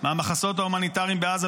מהמחסות ההומניטריים בעזה,